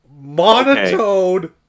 monotone